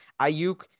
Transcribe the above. Ayuk